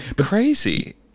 crazy